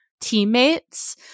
teammates